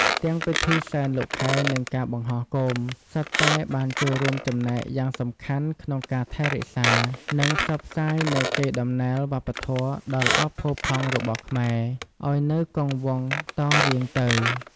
ទាំងពិធីសែនលោកខែ និងការបង្ហោះគោម សុទ្ធតែបានចូលរួមចំណែកយ៉ាងសំខាន់ក្នុងការថែរក្សា និងផ្សព្វផ្សាយនូវកេរ្តិ៍ដំណែលវប្បធម៌ដ៏ល្អផូរផង់របស់ខ្មែរឲ្យនៅគង់វង្សតរៀងទៅ។